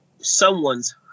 someone's